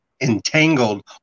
entangled